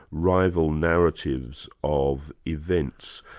rival narratives of events,